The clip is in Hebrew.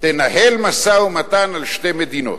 תנהל משא-ומתן על שתי מדינות,